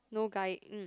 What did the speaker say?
no guy mm